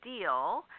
deal